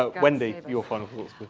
ah wendy, your final